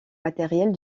matériels